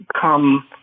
come